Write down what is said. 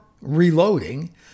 reloading